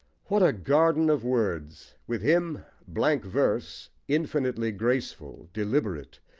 what a garden of words! with him, blank verse, infinitely graceful, deliberate,